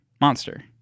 monster